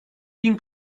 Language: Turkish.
bin